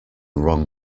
wrong